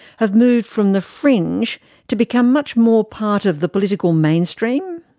have moved from the fringe to become much more part of the political mainstream?